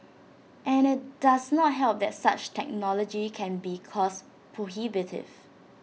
and IT does not help that such technology can be cost prohibitive